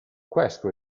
questo